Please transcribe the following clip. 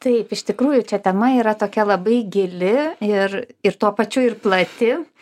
taip iš tikrųjų čia tema yra tokia labai gili ir ir tuo pačiu ir plati